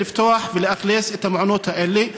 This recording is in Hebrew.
לפתוח ולאכלס את המעונות האלה.